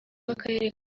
w’akarere